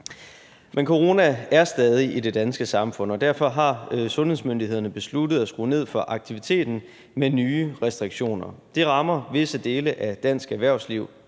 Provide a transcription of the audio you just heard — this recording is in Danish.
Men corona er stadig i det danske samfund, og derfor har sundhedsmyndighederne besluttet at skrue ned for aktiviteten med nye restriktioner. Det rammer visse dele af dansk erhvervsliv